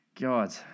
God